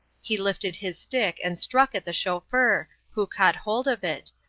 he lifted his stick and struck at the chauffeur, who caught hold of it,